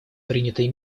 принятые